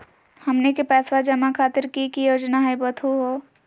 हमनी के पैसवा जमा खातीर की की योजना हई बतहु हो?